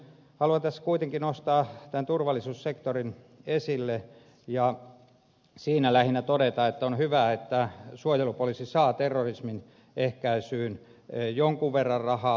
haluan tässä kuitenkin nostaa tämän turvallisuussektorin esille ja siitä lähinnä todeta että on hyvä että suojelupoliisi saa terrorismin ehkäisyyn jonkun verran rahaa